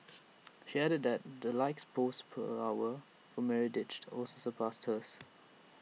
she added the likes per post for Meredith also surpassed hers